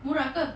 murah ke